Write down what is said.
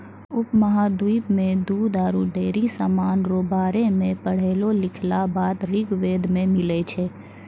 उपमहाद्वीप मे दूध आरु डेयरी समान रो बारे मे पढ़लो लिखलहा बात ऋग्वेद मे मिलै छै